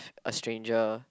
a stranger